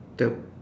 the